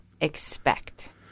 expect